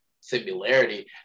similarity